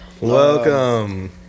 Welcome